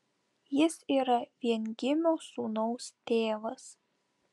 jis yra viengimio sūnaus tėvas